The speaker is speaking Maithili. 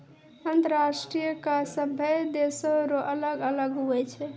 अंतर्राष्ट्रीय कर सभे देसो रो अलग अलग हुवै छै